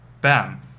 bam